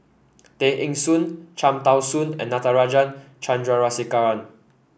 Tay Eng Soon Cham Tao Soon and Natarajan Chandrasekaran